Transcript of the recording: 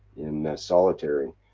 in solitary.